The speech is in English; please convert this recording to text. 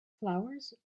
flowers